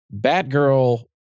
Batgirl